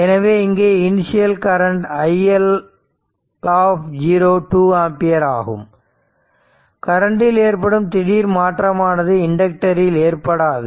எனவே இங்கே initial current i L 2 ampere ஆகும் கரண்டில் ஏற்படும் திடீர் மாற்றமானது இண்டக்டர் இல் ஏற்படாது